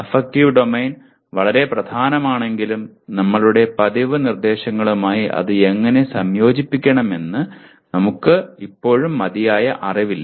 affective domain വളരെ പ്രധാനമാണെങ്കിലും നമ്മുടെ പതിവ് നിർദ്ദേശങ്ങളുമായി അത് എങ്ങനെ സംയോജിപ്പിക്കണമെന്ന് ഞങ്ങൾക്ക് ഇപ്പോഴും മതിയായ അറിവില്ല